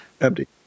Empty